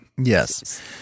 Yes